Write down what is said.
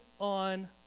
on